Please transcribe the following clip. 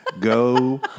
Go